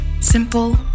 Simple